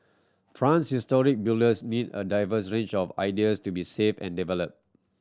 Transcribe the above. France's historic buildings need a diverse range of ideas to be saved and developed